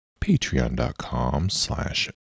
Patreon.com/slash